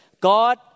God